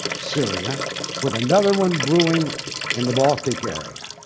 syria with another one brewing in the baltic area.